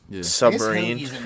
Submarine